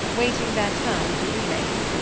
waiting their turn for relays.